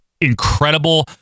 incredible